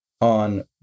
on